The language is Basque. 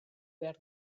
behar